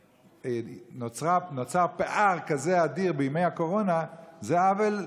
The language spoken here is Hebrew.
נוצר פער כזה אדיר בנגישות בימי הקורונה זה עוול,